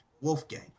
Wolfgang